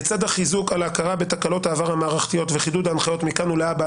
לצד החיזוק על ההכרה בתקלות העבר המערכתיות וחידוד ההנחיות מכאן ולהבא